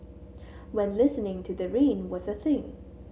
when listening to the rain was a thing